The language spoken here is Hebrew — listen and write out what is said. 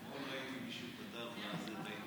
אתמול ראיתי מישהו פתר אינטגרל,